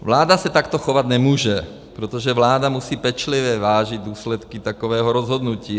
Vláda se takto chovat nemůže, protože vláda musí pečlivě vážit důsledky takového rozhodnutí.